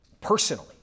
personally